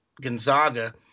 Gonzaga